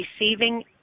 receiving